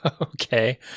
okay